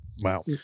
Wow